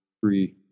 three